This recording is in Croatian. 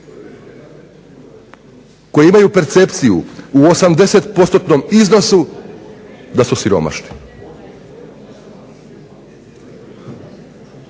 koji imaju percepciju u 80%-nom iznosu da su siromašni.